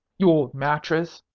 you old mattrass!